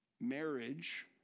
Marriage